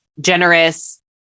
generous